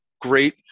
great